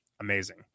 amazing